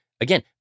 again